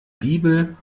bibel